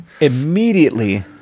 immediately